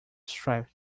strived